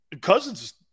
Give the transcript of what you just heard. Cousins